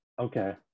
Okay